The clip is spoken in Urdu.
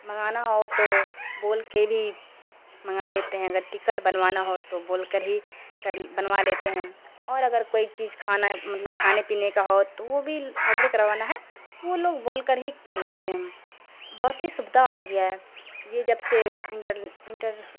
منگانا ہو تو بول کے بھی منگا لیتے ہیں اگر ٹکٹ بنوانا ہو تو بول کر ہی کر بنوا لیتے ہیں اور اگر گوئی چیز کھانا مطلب کھانے پینے کا ہو تو وہ بھی آڈر کروانا ہے تو وہ لوگ بول کر ہی کر لیتے ہیں بہت ہی سویدھا ہو گیا ہے یہ جب سے انٹر انٹر